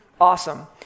awesome